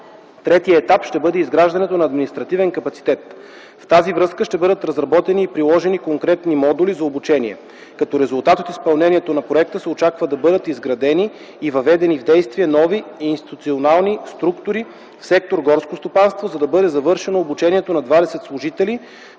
Третият етап ще бъде изграждането на административен капацитет. В тази връзка ще бъдат разработени и приложени конкретни модули за обучение. Като резултат от изпълнението на проекта се очаква да бъдат изградени и въведени в действие нови институционални структури в сектор „Горско стопанство”, да бъде завършено обучението на 20 служители,